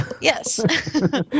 Yes